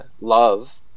love